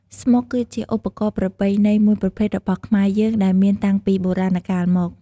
ស្មុកគឺជាឧបករណ៍ប្រពៃណីមួយប្រភេទរបស់ខ្មែរយើងដែលមានតាំងពីបុរាណកាលមក។